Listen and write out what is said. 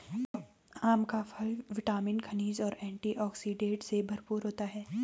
आम का फल विटामिन, खनिज और एंटीऑक्सीडेंट से भरपूर होता है